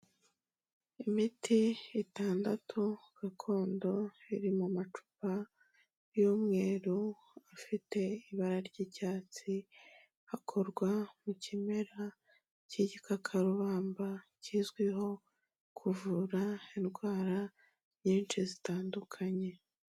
Imiti itandatu gakondo iri mu macupa y'umweru, afite ibara ry'icyatsi, akorwa mu kimera cy'igikakarubamba, kizwiho kuvura indwara nyinshi zitandukanye.